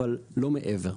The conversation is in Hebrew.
אבל לא מעבר.